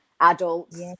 adults